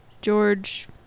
George